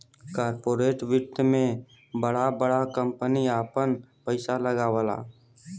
corporate वित्त मे बड़ा बड़ा कम्पनी आपन पइसा लगावला